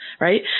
right